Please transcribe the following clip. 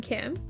Kim